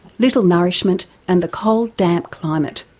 little nourishment and the cold damp climate.